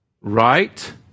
Right